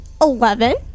Eleven